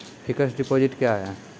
Fixed deposit क्या हैं?